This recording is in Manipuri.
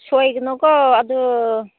ꯁꯣꯏꯒꯅꯨꯀꯣ ꯑꯗꯨ